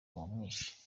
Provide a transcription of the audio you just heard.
uwamwishe